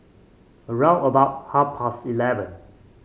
round about half past eleven